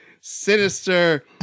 sinister